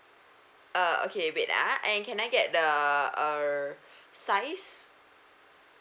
uh okay wait ah and can I get the err size